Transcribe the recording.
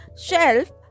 shelf